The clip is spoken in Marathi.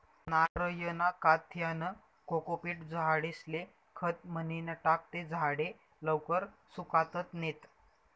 नारयना काथ्यानं कोकोपीट झाडेस्ले खत म्हनीन टाकं ते झाडे लवकर सुकातत नैत